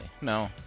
No